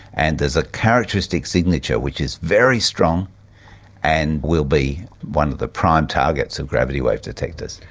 and there's a characteristic signature which is very strong and will be one of the prime targets of gravity wave detectors.